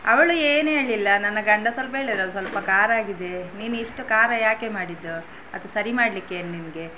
ಅವಳು ಏನು ಹೇಳ್ಳಿಲ್ಲ ನನ್ನ ಗಂಡ ಸ್ವಲ್ಪ ಹೇಳಿದ್ರು ಅದು ಸ್ವಲ್ಪ ಖಾರ ಆಗಿದೆ ನೀನು ಇಷ್ಟು ಖಾರ ಯಾಕೆ ಮಾಡಿದ್ದು ಅದು ಸರಿ ಮಾಡಲಿಕ್ಕೆ ಏನು ನಿನಗೆ